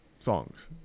songs